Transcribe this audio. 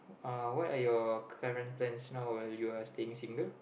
uh what are your current plans now you are staying single